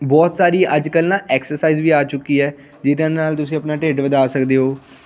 ਬਹੁਤ ਸਾਰੀਆਂ ਅੱਜ ਕੱਲ੍ਹ ਨਾ ਐਕਸਰਸਾਈਜ਼ ਵੀ ਆ ਚੁੱਕੀ ਹੈ ਜਿਹਦੇ ਨਾਲ ਤੁਸੀਂ ਆਪਣਾ ਢਿੱਡ ਵਧਾ ਸਕਦੇ ਹੋ